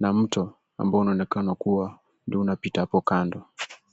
na mto ambao unaonekana kuwa ndio unapita hapo kando.